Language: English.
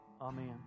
Amen